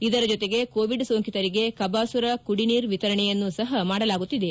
ಇದರ ಜೊತೆಗೆ ಕೋವಿಡ್ ಸೋಂಕಿತರಿಗೆ ಕಬಾಸುರ ಕುಡಿನೀರ್ ವಿತರಣೆಯನ್ನೂ ಸಪ ಮಾಡಲಾಗುತ್ತಿದೆ